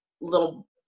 little